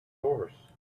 horse